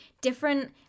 Different